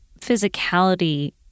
physicality